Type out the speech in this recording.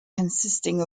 consisting